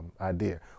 idea